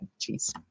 jeez